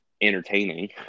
entertaining